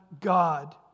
God